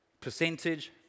percentage